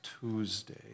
Tuesday